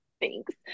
Thanks